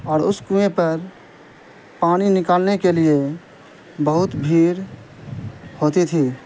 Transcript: اور اس کنویں پر پانی نکالنے کے لیے بہت بھیڑ ہوتی تھی